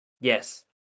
yes